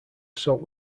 soaked